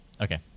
Okay